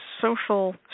social